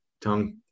tongue